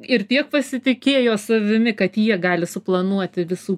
ir tiek pasitikėjo savimi kad jie gali suplanuoti visų